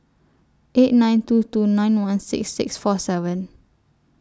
eight nine two two nine one six six four seven